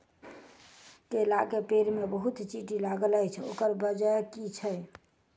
केला केँ पेड़ मे बहुत चींटी लागल अछि, ओकर बजय की छै?